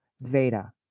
Veda